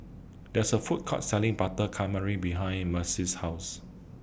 There IS A Food Court Selling Butter Calamari behind Maceo's House